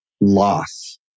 loss